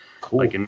Cool